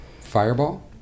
Fireball